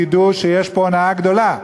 תדעו שיש פה הונאה גדולה.